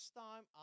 time